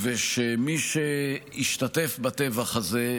ושמי שהשתתף בטבח הזה,